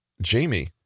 Jamie